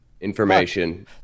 Information